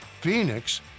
Phoenix